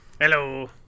Hello